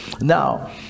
now